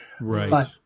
Right